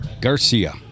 Garcia